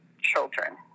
children